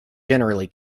generally